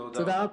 תודה רבה.